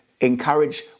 encourage